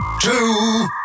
two